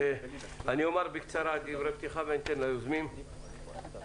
אומר בקצרה דברי פתיחה ואתן ליוזמים לדבר.